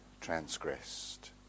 transgressed